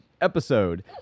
episode